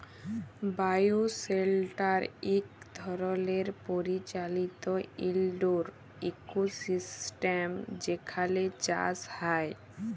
bioshelter ইক ধরলের পরিচালিত ইলডোর ইকোসিস্টেম যেখালে চাষ হ্যয়